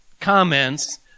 comments